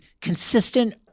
consistent